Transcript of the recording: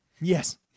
yes